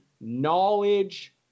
knowledge